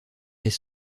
est